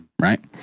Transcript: Right